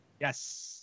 yes